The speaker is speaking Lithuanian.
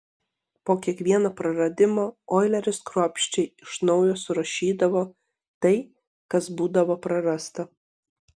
po kiekvieno praradimo oileris kruopščiai iš naujo surašydavo tai kas būdavo prarasta